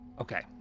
Okay